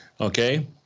okay